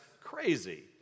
crazy